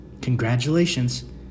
Congratulations